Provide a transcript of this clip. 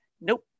nope